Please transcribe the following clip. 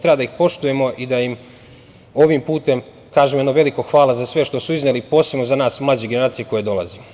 Treba da ih poštujemo i da im ovim putem kažemo jedno veliko hvala za sve što su izneli, posebno za nas, mlađe generacije koje dolazimo.